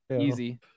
Easy